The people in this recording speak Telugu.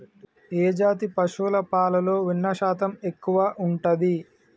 ఏ జాతి పశువుల పాలలో వెన్నె శాతం ఎక్కువ ఉంటది?